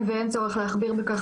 אני מתכבד לפתוח את הישיבה בנושא הצעת